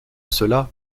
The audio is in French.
cela